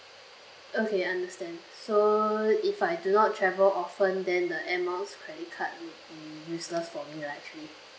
okay understand so if I do not travel often then the air miles credit card will be useless for me lah actually